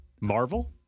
Marvel